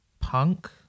punk